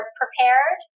prepared